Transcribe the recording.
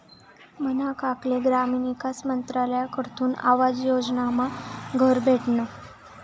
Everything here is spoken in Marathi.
मना काकाले ग्रामीण ईकास मंत्रालयकडथून आवास योजनामा घर भेटनं